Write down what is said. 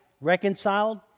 reconciled